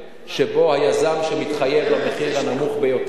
שבהם היזם שמתחייב למחיר הנמוך ביותר,